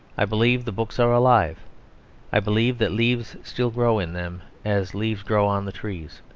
i believe the books are alive i believe that leaves still grow in them, as leaves grow on the trees.